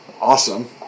Awesome